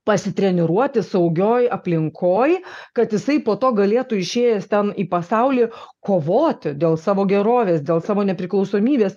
pasitreniruoti saugioj aplinkoj kad jisai po to galėtų išėjęs ten į pasaulį kovoti dėl savo gerovės dėl savo nepriklausomybės